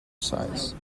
size